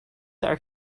are